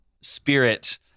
spirit